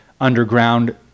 underground